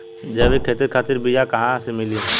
जैविक खेती खातिर बीया कहाँसे मिली?